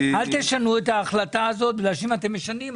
אל תשנו את ההחלטה הזאת כי אם אתם משנים,